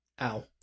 Ow